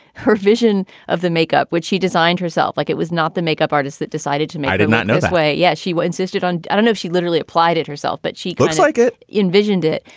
her vision of the makeup, which she designed herself like it was not the makeup artist that decided to make it it not know way. yeah. she was insisted on. i don't know if she literally applied it herself, but she looks like it envisioned it.